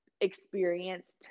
experienced